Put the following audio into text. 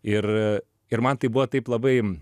ir ir man tai buvo taip labai